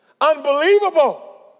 unbelievable